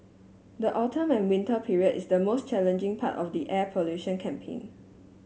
the autumn and winter period is the most challenging part of the air pollution campaign